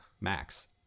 Max